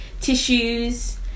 Tissues